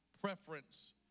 preference